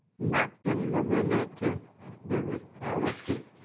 not illuminating the reality